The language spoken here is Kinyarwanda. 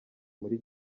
muri